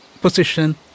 position